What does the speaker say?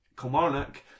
Kilmarnock